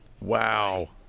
Wow